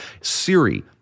Siri